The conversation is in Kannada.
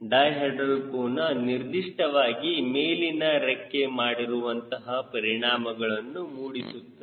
ಡೈಹೆಡ್ರಲ್ ಕೋನ ನಿರ್ದಿಷ್ಟವಾಗಿ ಮೇಲಿನ ರೆಕ್ಕೆ ಮಾಡುವಂತಹ ಪರಿಣಾಮಗಳನ್ನು ಮೂಡಿಸುತ್ತದೆ